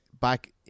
back